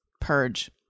purge